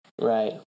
Right